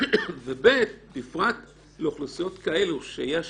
ובפרט לאוכלוסיות כאלה שיש